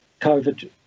COVID